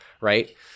right